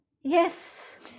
yes